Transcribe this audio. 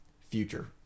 future